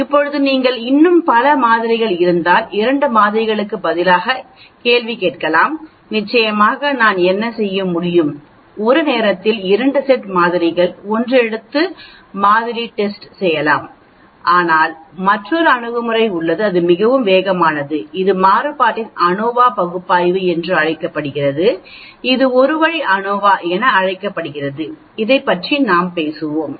இப்போது நீங்கள் இன்னும் பல மாதிரிகள் இருந்தால் 2 மாதிரிகளுக்கு பதிலாக கேள்வி கேட்கலாம் நிச்சயமாக நான் என்ன செய்ய முடியும் ஒரு நேரத்தில் 2 செட் மாதிரிகள் 1 எடுத்து இரண்டு மாதிரி டி டெஸ்ட் செய்யுங்கள் ஆனால் மற்றொரு அணுகுமுறை உள்ளது இது மிகவும் வேகமானது இது மாறுபாட்டின் ANOVA பகுப்பாய்வு என்று அழைக்கப்படுகிறது இது 1 வழி ANOVA என அழைக்கப்படுகிறது அதைப் பற்றி நாம் பின்னர் பேசுவோம்